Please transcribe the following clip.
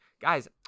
guys